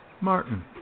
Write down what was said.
Martin